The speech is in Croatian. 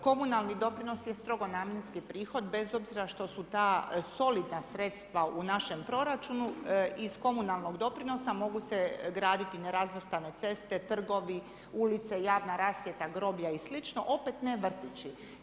Komunalni doprinos je strogo namjenski prihod bez obzira što su ta solidna sredstva u našem proračunu iz komunalnog doprinosa mogu se graditi nerazvrstane ceste, trgovi, ulice, javna rasvjeta, groblja i slično, opet ne vrtići.